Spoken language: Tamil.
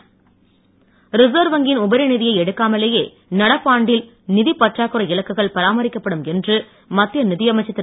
அருண்ஜேட்லி ரிசர்வ் வங்கியின் உபரி நிதியை எடுக்காமலேயே நடப்பாண்டில் நிதிப்பற்றாக்குறை இலக்குகள் பராமரிக்கப்படும் என்று மத்திய நிதியமைச்சர் திரு